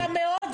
אתה יודע,